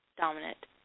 dominant